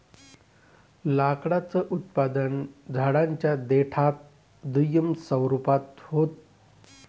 लाकडाचं उत्पादन झाडांच्या देठात दुय्यम स्वरूपात होत